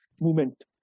movement